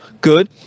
good